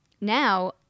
now